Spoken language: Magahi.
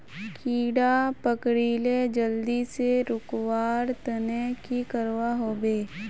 कीड़ा पकरिले जल्दी से रुकवा र तने की करवा होबे?